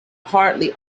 hardly